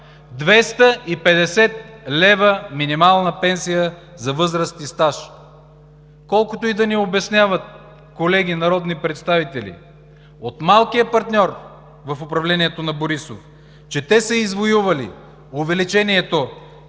250 лв. минимална пенсия за възраст и стаж! Колкото и да ни обясняват колеги народни представители от малкия партньор в управлението на Борисов, че те са извоювали увеличението